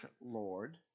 Lord